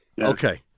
Okay